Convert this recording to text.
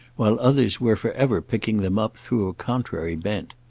while others were for ever picking them up through a contrary bent.